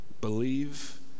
believe